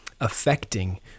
affecting